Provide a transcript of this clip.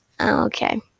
Okay